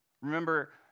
Remember